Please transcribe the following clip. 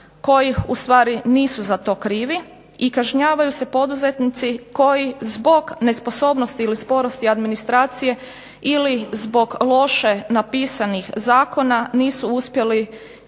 onima koji nisu za to krivi i kažnjavaju se poduzetnici koji zbog nesposobnosti ili sporosti administracije ili zbog loše napisanih zakona nisu uspjeli ishodovati